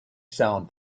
sound